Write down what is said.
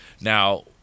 Now